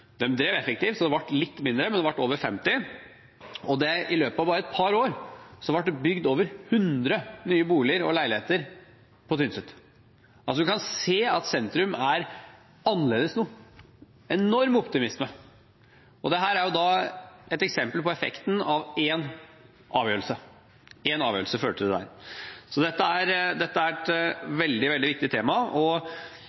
drev effektivt, så det ble litt færre, men det ble over 50. Og i løpet av bare et par år ble det bygd over 100 nye boliger og leiligheter på Tynset. Man kan se at sentrum er annerledes nå, det er en enorm optimisme. Dette er et eksempel på effekten av én avgjørelse. Én avgjørelse førte til dette. Så det er